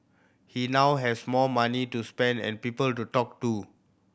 he now has more money to spend and people to talk to